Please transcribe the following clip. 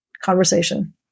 conversation